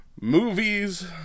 movies